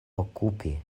okupi